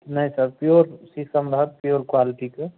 नहि तऽ सेहो छै सम्भव सेहो कहलकै जे